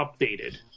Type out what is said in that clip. updated